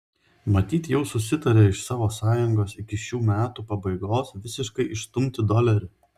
matyt jau susitarė iš savo sąjungos iki šių metų pabaigos visiškai išstumti dolerį